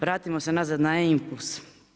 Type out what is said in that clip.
Vratimo se nazad na e-impuls.